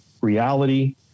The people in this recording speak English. reality